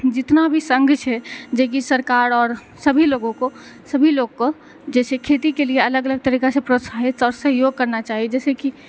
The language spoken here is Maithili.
जितना भी संघ छै जेकी सरकार और सभी लोगो को सभी लोग को जे छै खेती के लिए अलग अलग तरीका से प्रोत्साहित आओर सहयोग करना चाही जाहिसे की